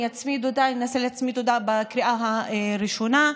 אנסה להצמיד אותה בקריאה הראשונה,